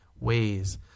ways